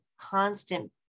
constant